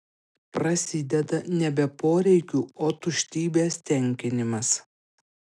prasideda nebe poreikių o tuštybės tenkinimas